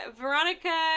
Veronica